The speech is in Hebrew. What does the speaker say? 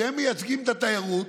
שמייצגים את התיירות,